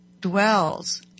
dwells